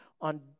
on